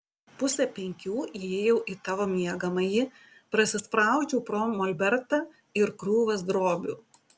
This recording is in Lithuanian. pusę penkių įėjau į tavo miegamąjį prasispraudžiau pro molbertą ir krūvas drobių